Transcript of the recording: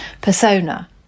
persona